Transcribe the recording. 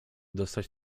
dostać